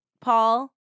Paul